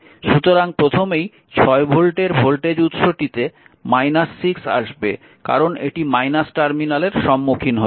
সুতরাং প্রথমেই 6 ভোল্টের ভোল্টেজ উৎসটিতে 6 আসবে কারণ এটি টার্মিনালের সম্মুখীন হচ্ছে